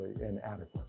inadequate